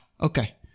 okay